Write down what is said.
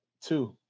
two